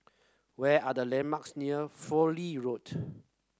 where are the landmarks near Fowlie Road